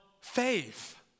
faith